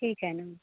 ठीक आहे ना